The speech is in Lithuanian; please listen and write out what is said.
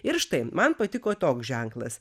ir štai man patiko toks ženklas